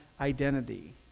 identity